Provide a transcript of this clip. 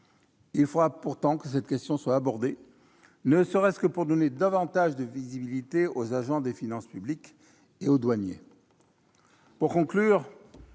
Il faudra bien pourtant aborder cette question, ne serait-ce que pour donner davantage de visibilité aux agents des finances publiques et aux douaniers.